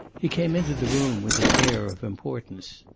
he came into the room with an air of importance.